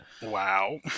Wow